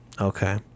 Okay